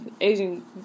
Asian